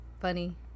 funny